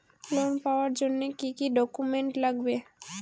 Loan পাওয়ার জন্যে কি কি ডকুমেন্ট লাগবে?